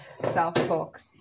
self-talk